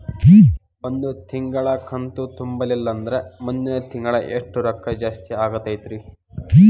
ಒಂದು ತಿಂಗಳಾ ಕಂತು ತುಂಬಲಿಲ್ಲಂದ್ರ ಮುಂದಿನ ತಿಂಗಳಾ ಎಷ್ಟ ರೊಕ್ಕ ಜಾಸ್ತಿ ಆಗತೈತ್ರಿ?